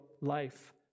life